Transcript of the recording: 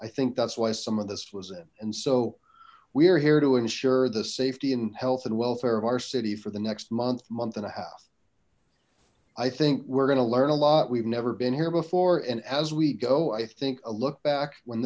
that's why some of this was in and so we are here to ensure the safety and health and welfare of our city for the next month a month and a half i think we're gonna learn a lot we've never been here before and as we go i think a look back when